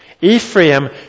Ephraim